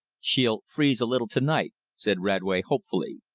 she'll freeze a little to-night, said radway hopefully.